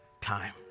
time